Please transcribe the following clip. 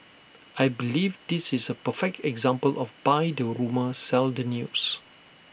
I believe this is A perfect example of buy the rumour sell the news